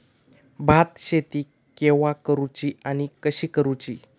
भात शेती केवा करूची आणि कशी करुची?